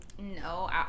no